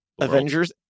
Avengers